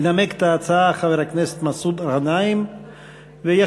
ינמק את ההצעה חבר הכנסת מסעוד גנאים וישיב